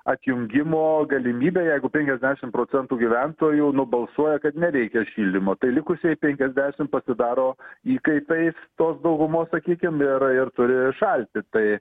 atjungimo galimybė jeigu penkiasdešim procentų gyventojų nubalsuoja kad nereikia šildymo tai likusieji penkiasdešim pasidaro įkaitais tos daugumos sakykim ir ir turi šalti tai